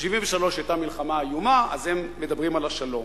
ב-73' היתה מלחמה איומה, אז הם מדברים על השלום.